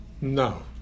No